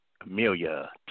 Amelia